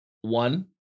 one